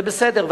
וזה בסדר.